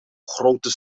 grote